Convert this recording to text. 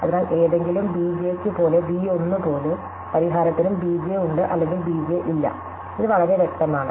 അതിനാൽ ഏതെങ്കിലും b j യ്ക്ക് b 1 പോലെ പരിഹാരത്തിനും b j ഉണ്ട് അല്ലെങ്കിൽ b j ഇല്ല ഇത് വളരെ വ്യക്തമാണ്